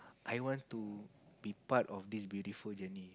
I want to be part of this beautiful journey